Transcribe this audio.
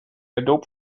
adobe